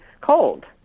cold